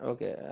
Okay